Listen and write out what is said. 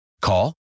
Call